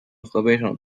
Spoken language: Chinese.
河北省